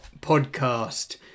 podcast